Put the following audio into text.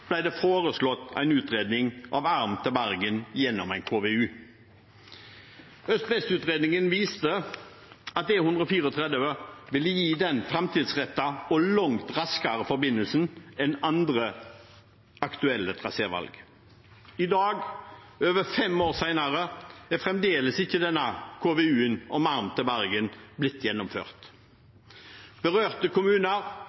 det foreslått en utredning av arm til Bergen gjennom en KVU. Øst–vest-utredningen viste at E134 ville gi en mer framtidsrettet og langt raskere forbindelse enn andre aktuelle trasévalg. I dag, over fem år senere, er fremdeles ikke denne KVU-en om arm til Bergen blitt